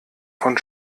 von